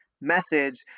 message